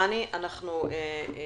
רני, אנחנו איתך.